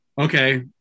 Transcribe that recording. okay